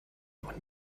noch